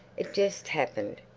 it just happened,